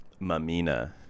Mamina